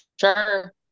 sure